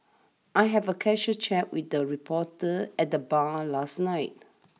I have a casual chat with the reporter at the bar last night